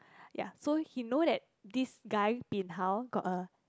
ya so he know that this guy bin hao got a